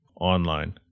online